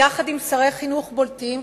יחד עם שרי חינוך בולטים,